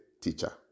teacher